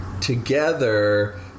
together